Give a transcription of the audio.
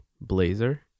blazer